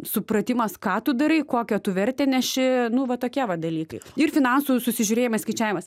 supratimas ką tu darai kokia tu vertę neši nu va tokie va dalykai ir finansų susižiūrėjimas skaičiavimas